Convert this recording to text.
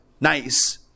nice